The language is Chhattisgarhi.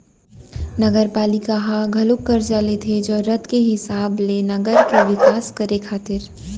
नगरपालिका ह घलोक करजा लेथे जरुरत के हिसाब ले नगर के बिकास करे खातिर